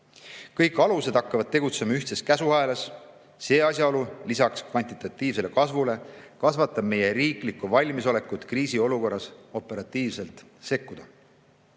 Kõik alused hakkavad tegutsema ühtses käsuahelas. See asjaolu, lisaks kvantitatiivsele kasvule, kasvatab meie riiklikku valmisolekut kriisiolukorras operatiivselt sekkuda.